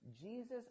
Jesus